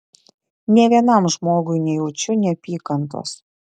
nė vienam žmogui nejaučiu neapykantos